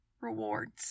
rewards